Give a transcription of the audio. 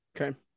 Okay